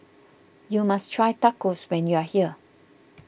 you must try Tacos when you are here